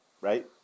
Right